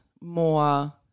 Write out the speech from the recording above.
more